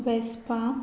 Vespa